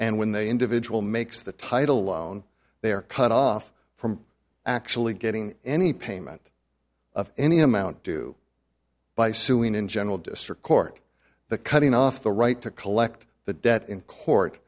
and when the individual makes the title loan they are cut off from actually getting any payment of any amount due by suing in general district court the cutting off the right to collect the debt in court